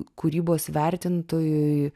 kūrybos vertintojui